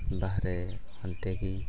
ᱵᱟᱦᱨᱮ ᱦᱟᱱᱛᱮ ᱜᱮ